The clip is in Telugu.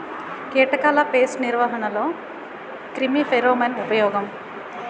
కీటకాల పేస్ట్ నిర్వహణలో క్రిమి ఫెరోమోన్ ఉపయోగం